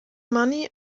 money